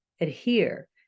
adhere